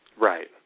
Right